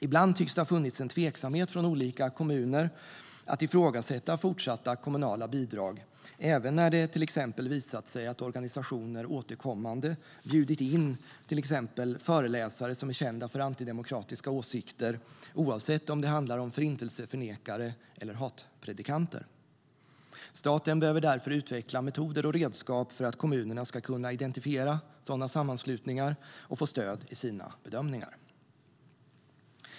Ibland tycks det ha funnits en tveksamhet från olika kommuner att ifrågasätta fortsatta kommunala bidrag, även när det till exempel visat sig att organisationer återkommande bjudit in exempelvis föreläsare som är kända för antidemokratiska åsikter, oavsett om det handlat om förintelseförnekare eller hatpredikanter. Staten behöver därför utveckla metoder och redskap för att kommunerna ska kunna identifiera sådana sammanslutningar och få stöd i sina bedömningar.